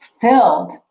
filled